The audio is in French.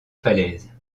falaises